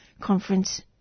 conference